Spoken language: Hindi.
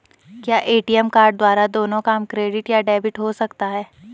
क्या ए.टी.एम कार्ड द्वारा दोनों काम क्रेडिट या डेबिट हो सकता है?